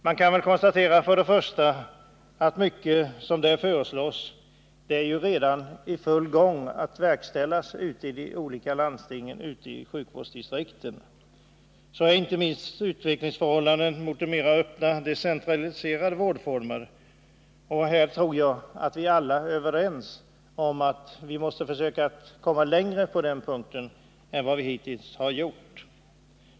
Man kan först konstatera att mycket av det som föreslås redan är i full gång att verkställas ute i de olika landstingen och sjukvårdsdistrikten. Så är inte minst fallet när det gäller utvecklingen mot mer öppna och decentraliserade vårdformer. Jag tror att vi alla är överens om att vi på den punkten måste försöka komma längre än vi hittills har gjort.